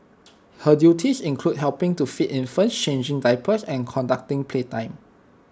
her duties included helping to feed infants changing diapers and conducting playtime